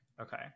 Okay